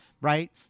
right